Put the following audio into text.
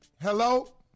Hello